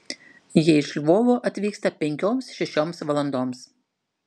jie iš lvovo atvyksta penkioms šešioms valandoms